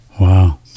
Wow